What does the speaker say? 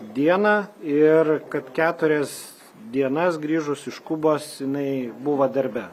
dieną ir kad keturias dienas grįžus iš kubos jinai buvo darbe